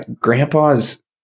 grandpa's